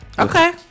Okay